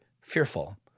fearful